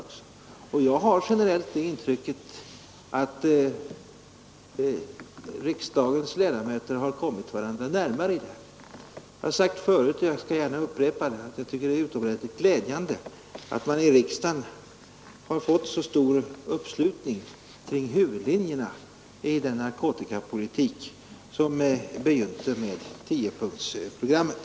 Generellt har jag det intrycket att riksdagens ledamöter har kommit varandra närmare i frågan. Jag har sagt förut och skall gärna upprepa det att jag tycker att det är utomordentligt glädjande att man i riksdagen har fått så stor uppslutning kring huvudlinjerna i den narkotikapolitik som begynte med tiopunktsprogrammet.